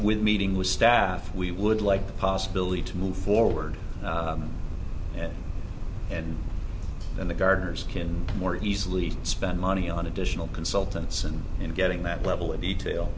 with meeting with staff we would like the possibility to move forward and then the gardeners can more easily spend money on additional consultants and in getting that level of detail